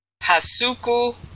Hasuku